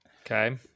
okay